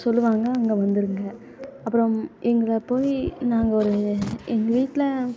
சொல்லுவாங்க அங்கே வந்துடுங்க அப்புறம் எங்களை போய் நாங்கள் ஒரு எங்கள் வீட்டில்